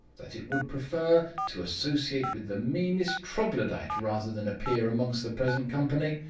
that it would prefer to associate with the meanest troglodite, rather than appear amongst the present company.